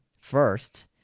first